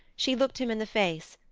she looked him in the face,